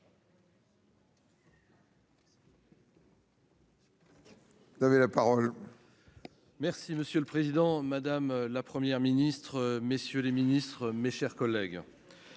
Vous avez la parole.